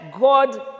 God